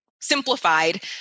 simplified